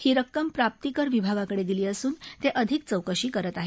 ही रक्कम प्राप्ती कर विभागाकडे दिली असून ते आधिक चौकशी करीत आहेत